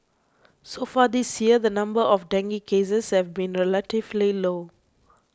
so far this year the number of dengue cases have been relatively low